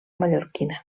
mallorquina